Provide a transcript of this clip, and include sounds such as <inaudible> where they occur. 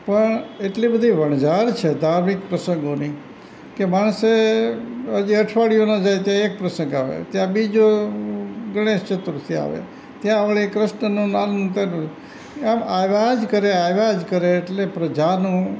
પણ એટલી બધી વણઝાર છે ધાર્મિક પ્રસંગોની કે માણસે હજી અઠવાડીયું ના થાય ત્યાં એક પ્રસંગ આવે ત્યાં બીજો ગણેશ ચતુર્થી આવે ત્યાં વળી ક્રૃષ્ણનું <unintelligible> એમ આવ્યા જ કરે આવ્યા જ કરે એટલે પ્રજાનું